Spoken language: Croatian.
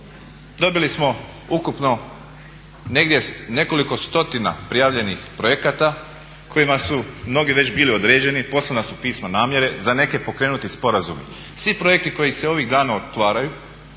Dobili smo ukupno negdje nekoliko stotina prijavljenih projekata kojima su mnogi već bili određeni, poslana su pisma namjere, za neke pokrenuti sporazumi, svi projekti koji se ovih dana otvaraju